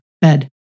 bed